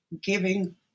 giving